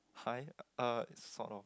five uh sort of